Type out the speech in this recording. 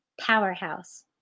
powerhouse